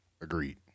Agreed